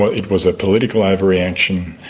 ah it was a political overreaction.